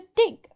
dig